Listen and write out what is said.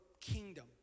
kingdom